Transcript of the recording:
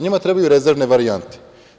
Njima trebaju rezervne varijante.